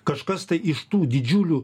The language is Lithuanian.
kažkas tai iš tų didžiulių